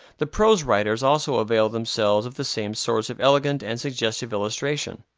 the prose writers also avail themselves of the same source of elegant and suggestive illustration.